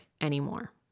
anymore